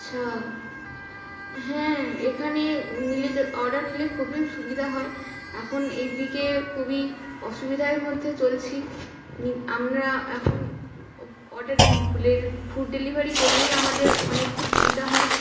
আচ্ছা হ্যাঁ এখানে নিলে অর্ডার নিলে খুবই সুবিধা হয় এখন এইদিকে খুবই অসুবিধায় মধ্যে চলছি আমরা এখন অর্ডার ফুড ডেলিভারি করলেই আমাদের অনেকটা সুবিধা হয়